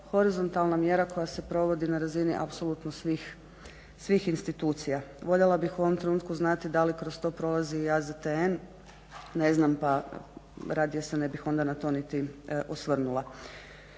horizontalna mjera koja se provodi na razini apsolutno svih institucija. Voljela bih u ovom trenutku znati da li kroz to prolazi i AZTN, ne znam pa radije se ne bih onda na to niti osvrnula.